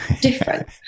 different